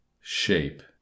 Shape